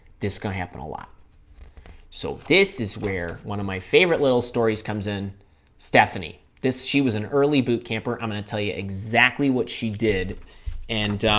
this gonna happen a lot so this is where one of my favorite little stories comes in stephanie this she was an early boot camper i'm gonna tell you exactly what she did and